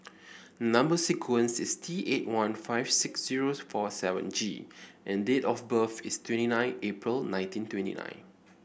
number sequence is T eight one five six zero four seven G and date of birth is twenty nine April nineteen twenty nine